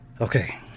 Okay